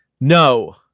no